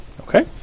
Okay